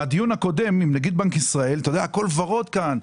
בדיון הקודם עם נגיד בנק ישראל הכול ורוד כאן.